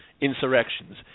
insurrections